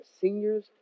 seniors